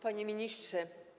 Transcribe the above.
Panie Ministrze!